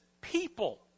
people